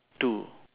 two